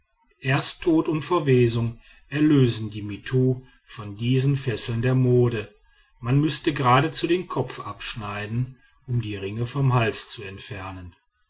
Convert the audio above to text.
erst tod und verwesung erlösen die mittu von diesen fesseln der mode man müßte geradezu den kopf abschneiden um die ringe vom halse zu entfernen